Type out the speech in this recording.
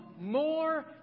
more